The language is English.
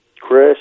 Chris